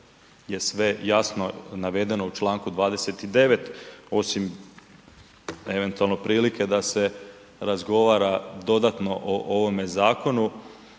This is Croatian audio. je sve jasno navedeno u čl. 29., osim eventualno prilike da se razgovara dodatno o ovome zakonu